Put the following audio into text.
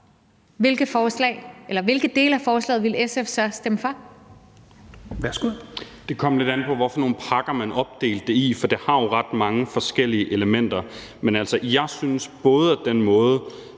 hvilke dele af forslaget ville SF så stemme for?